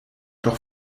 doch